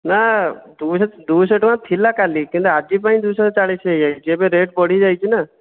ନା ଦୁଇ ଶହ ଦୁଇ ଶହ ଟଙ୍କା ଥିଲା କାଲି କିନ୍ତୁ ଆଜି ପାଇଁ ଦୁଇ ଶହ ଚାଳିଶ ହୋଇଯାଇଛି ଏବେ ରେଟ୍ ବଢ଼ିଯାଇଛି ନା